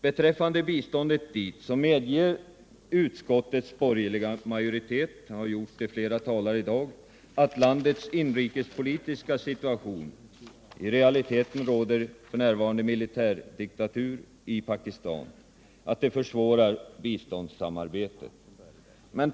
Beträffande biståndet till Pakistan medger utskottets borgerliga majoritet — även flera talare har gjort det i dag — att landets inrikespolitiska situation försvårar biståndssamarbetet. I realiteten råder ju f. n. militärdiktatur.